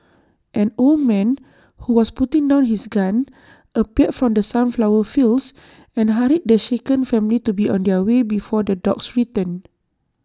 an old man who was putting down his gun appeared from the sunflower fields and hurried the shaken family to be on their way before the dogs return